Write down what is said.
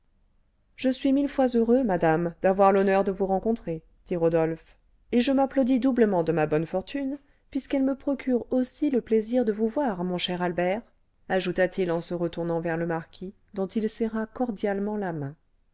je suis mille fois heureux madame d'avoir l'honneur de vous rencontrer dit rodolphe et je m'applaudis doublement de ma bonne fortune puisqu'elle me procure aussi le plaisir de vous voir mon cher albert ajouta-t-il en se retournant vers le marquis dont il serra cordialement la main